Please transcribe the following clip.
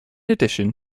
addition